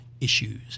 issues